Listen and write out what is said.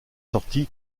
sorti